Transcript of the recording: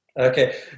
Okay